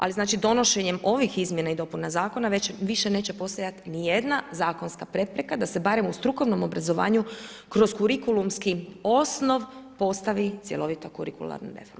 Ali donošenjem ovih izmjena i dopuna zakona više neće postojati nijedna zakonska prepreka da se barem u strukovnom obrazovanju kroz kurikulumski osnov postavi cjelovita kurikularna reforma.